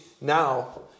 now